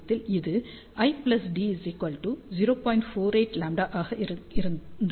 48λ ஆக இருந்தது